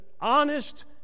honest